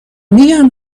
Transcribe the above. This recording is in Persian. میگم